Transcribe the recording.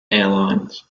airlines